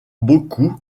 beaucoup